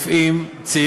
תמורת המענקים שהם קיבלו,